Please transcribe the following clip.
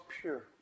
pure